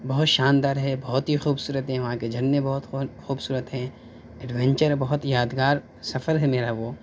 بہت شاندار ہے بہت ہی خوبصورت ہے وہاں کے جھرنے بہت خوبصورت ہیں ایڈونچر ہیں بہت یادگار سفر ہے میرا وہ